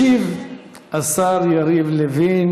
ישיב השר יריב לוין